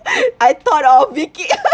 I thought of vicky